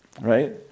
right